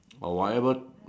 but whatever